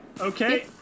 Okay